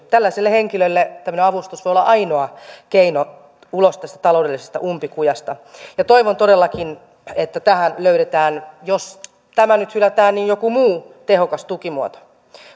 tällaiselle henkilölle tämmöinen avustus voi olla ainoa keino päästä ulos tästä taloudellisesta umpikujasta toivon todellakin että tähän löydetään jos tämä nyt hylätään joku muu tehokas tukimuoto